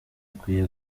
akwiye